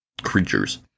creatures